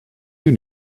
you